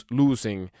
losing